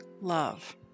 love